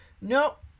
nope